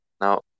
Now